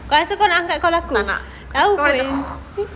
tak nak